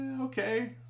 okay